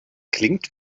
klingt